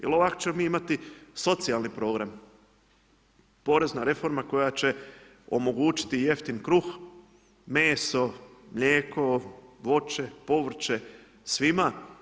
Jer ovako ćemo mi imati socijalni program, porezna reforma, koja će omogućiti jeftin kruh, meso, mlijeko, voće, povrće, svima.